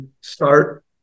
start